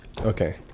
Okay